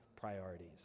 priorities